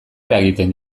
eragiten